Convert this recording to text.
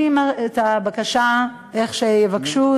הבקשה, מה שיבקשו,